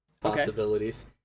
possibilities